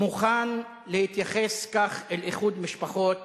מוכן להתייחס כך אל איחוד משפחות